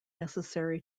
necessary